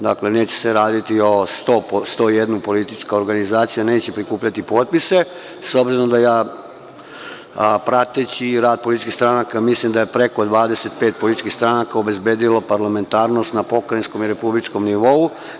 Dakle, neće raditi 101 politička organizacija, neće prikupljati potpise, s obzirom da ja prateći rad političkih stranaka mislim da je preko 25 političkih stranaka obezbedilo parlamentarnost na pokrajinskom i republičkom nivou.